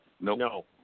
No